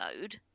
mode